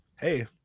Hey